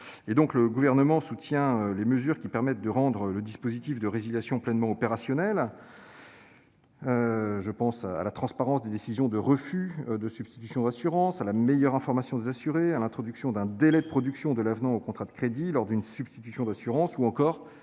Le Gouvernement soutient donc les mesures permettant de rendre le dispositif de résiliation pleinement opérationnel : la transparence des décisions de refus de substitution d'assurance, la meilleure information des assurés, l'introduction d'un délai de production de l'avenant au contrat de crédit lors d'une substitution d'assurance, ou encore